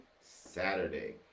Saturday